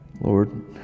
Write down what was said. Lord